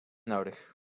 nodig